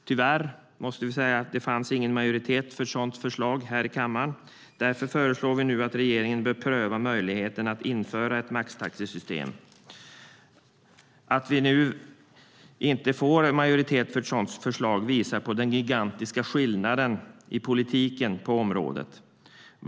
Tyvärr måste vi säga att det inte fanns majoritet för ett sådant förslag här i kammaren, och därför föreslår vi nu att regeringen bör pröva möjligheten att införa ett maxtaxesystem. Att vi inte får majoritet för ett sådant förslag visar på den gigantiska skillnaden i politiken på området.